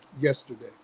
yesterday